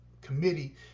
committee